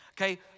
Okay